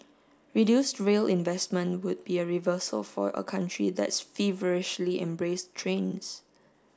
reduced rail investment would be a reversal for a country that's feverishly embraced trains